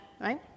right